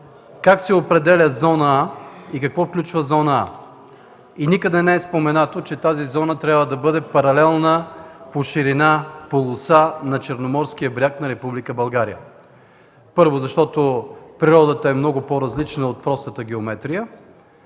как се определя зона „А” и какво включва зона „А”. Никъде не е споменато, че тази зона трябва да бъде паралелна по ширина, по полоса на Черноморския бряг на Република България: първо, защото природата е много по-различна от простата геометрия